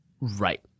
Right